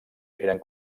eren